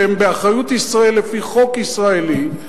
שהם באחריות ישראל לפי חוק ישראלי,